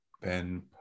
Ben